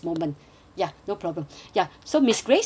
ya no problem ya so miss grace uh